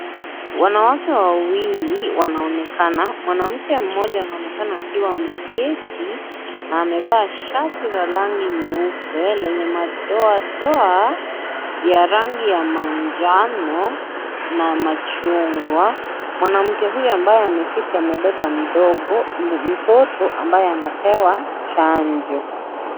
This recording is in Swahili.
Wanawake wawili wanaonekana. Mwanamke mmoja anaonekana akiwa ameketi na amevaa shati la rangi la nyeupe lenye madoadoa ya rangi ya manjano na machungwa. Mwanamke huyo ambaye ameketi amebeba mtoto ambaye anapewa chanjo.